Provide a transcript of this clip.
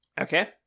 Okay